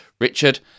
Richard